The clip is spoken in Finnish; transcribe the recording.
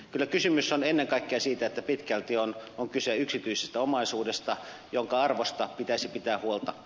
kyllä kysymys on ennen kaikkea pitkälti yksityisestä omaisuudesta jonka arvosta pitäisi pitää huolta